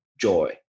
joy